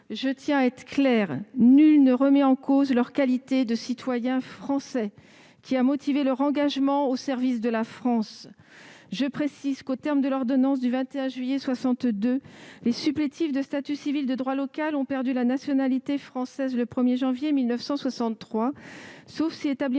je tiens à être parfaitement claire : nul ne remet en cause leur qualité de citoyen français, qui a motivé leur engagement au service de la France. Je précise qu'aux termes de l'ordonnance du 21 juillet 1962, les supplétifs de statut civil de droit local ont perdu la nationalité française le 1 janvier 1963, sauf si, établis